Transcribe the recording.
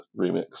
remix